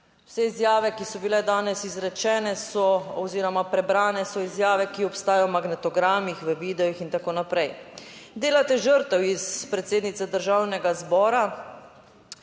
Vse izjave, ki so bile danes izrečene so oziroma prebrane so izjave, ki obstajajo v magnetogramih, v videih, in tako naprej. Delate žrtev iz predsednice Državnega zbora